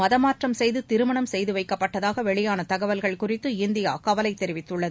மதமாற்றம் சுய்து திருமணம் சுய்து வைக்கப்பட்டதாக வெளியான தகவல்கள் குறித்து இந்தியா கவலை தெரிவித்துள்ளது